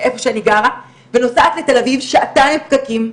איפה שאני גרה, ונוסעת לתל אביב, שעתיים פקקים.